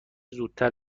زودتر